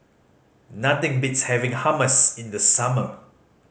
nothing beats having Hummus in the summer